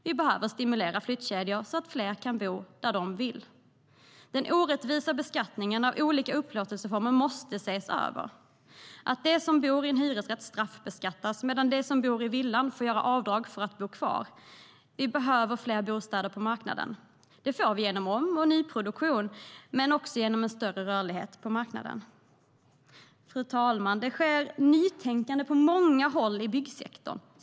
Vi behöver stimulera flyttkedjor så att fler kan bo där de vill. Vi behöver fler bostäder på marknaden. Det får vi genom om och nyproduktion men också genom större rörlighet på marknaden. Fru talman! Det sker nytänkande på många håll i byggsektorn.